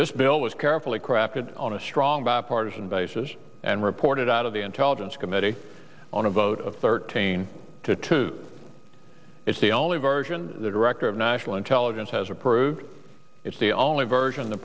this bill was carefully crafted on a strong bipartisan basis and reported out of the intelligence committee on a vote of thirteen to two it's the only version the director of national intelligence has approved it's the only version the